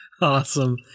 awesome